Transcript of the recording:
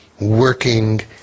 Working